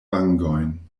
vangojn